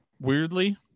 Weirdly